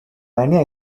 many